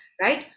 right